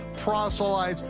proselytes,